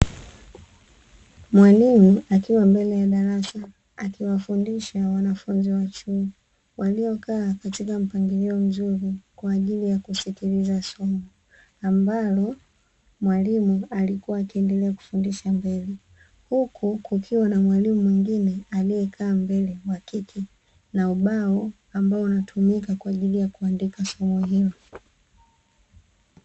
Mwalimu akiwa mbele ya darasa akiwafundisha wanafunzi wa chuo, waliokaa katika mpangilio mzuri kwa ajili ya kusikiliza somo, ambalo mwalimu alikuwa akiendelea kufundisha mbele; huku kukiwa na mwalimu mwingine aliyekaa mbele, wa kike, na ubao ambao unatumika kuandika, kwa ajili ya kuandika somo hilo.